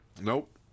Nope